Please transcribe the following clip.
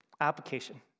application